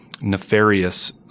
nefarious